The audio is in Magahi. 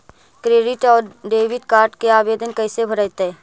क्रेडिट और डेबिट कार्ड के आवेदन कैसे भरैतैय?